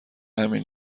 همین